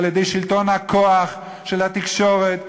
על-ידי שלטון הכוח של התקשורת,